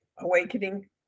Awakening